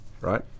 right